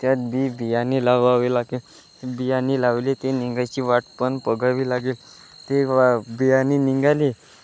त्यात बी बियाणे लावावी लागेल बियाणे लावली ते निघायची वाट पण बघावी लागेल ते बियाणे निघाली